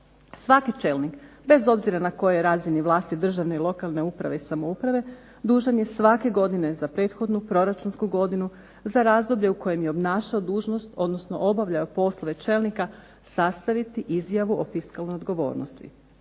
svaki čelnik bez obzira na kojoj razini vlasti državne i lokalne uprave i samouprave dužan je svake godine za prethodnu proračunsku godinu za razdoblje u kojem je obnašao dužnost, odnosno obavljao poslove čelnika sastaviti izjavu o fiskalnoj odgovornosti.